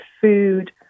food